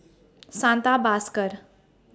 Santha